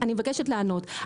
לענות,